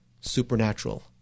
supernatural